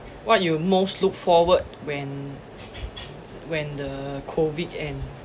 what you most look forward when when the COVID end